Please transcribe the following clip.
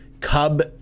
Cub